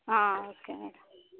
okay madam